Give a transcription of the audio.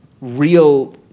real